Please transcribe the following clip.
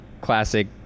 classic